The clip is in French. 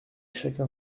chacun